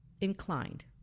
inclined